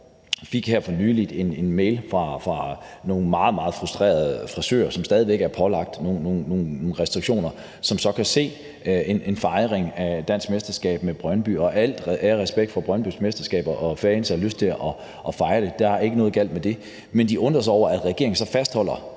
fik her for nylig en mail fra nogle meget, meget frustrerede frisører, som stadig væk er pålagt nogle restriktioner, og de kan så se en fejring af dansk mesterskab med Brøndby. Og al ære og respekt for Brøndbys mesterskab, og at fans har lyst til at fejre det. Der er ikke noget galt med det. Men de undrer sig over, at regeringen så fastholder